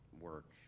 work